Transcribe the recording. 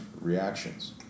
reactions